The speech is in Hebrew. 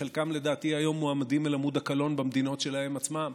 שחלקם לדעתי היום מועמדים אל עמוד הקלון במדינות שלהם עצמם.